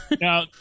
now